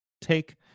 take